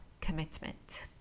commitment